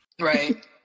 Right